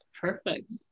Perfect